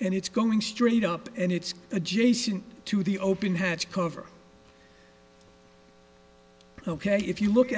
and it's going straight up and it's adjacent to the open hertz cover ok if you look